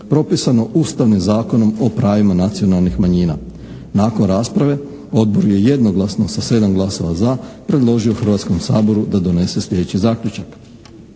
propisano Ustavnim zakonom o pravima nacionalnih manjina. Nakon rasprave Odbor je jednoglasno sa 7 glasova za predložio Hrvatskom saboru da donese sljedeći zaključak: